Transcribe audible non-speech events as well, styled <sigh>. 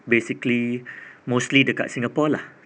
basically <breath> mostly dekat singapore lah